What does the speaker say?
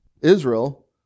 Israel